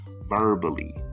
verbally